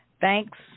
thanks